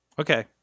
Okay